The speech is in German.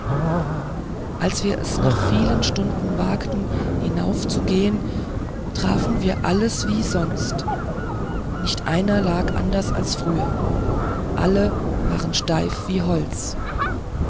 als wir es nach vielen stunden wagten hinaufzugehen trafen wir alles wie sonst nicht einer lag anders als früher alle waren steif wie holz